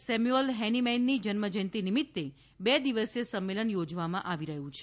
Samuel હૈનિમેનની જન્મજયંતિ નિમિત્ત બે દિવસીય સંમેલન યોજવામાં આવી રહ્યું છે